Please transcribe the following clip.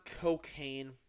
cocaine